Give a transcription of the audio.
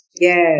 Yes